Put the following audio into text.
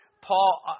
Paul